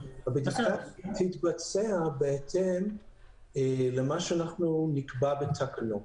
הבדיקה תתבצע בהתאם למה שאנחנו נקבע בתקנות.